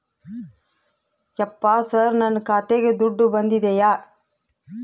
ಯಪ್ಪ ಸರ್ ನನ್ನ ಖಾತೆಗೆ ದುಡ್ಡು ಬಂದಿದೆಯ?